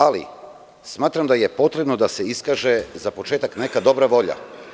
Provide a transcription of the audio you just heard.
Ali, smatram da je potrebno da se za početak iskaže dobra volja.